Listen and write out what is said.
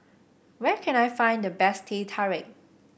where can I find the best Teh Tarik